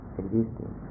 existing